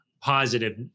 positive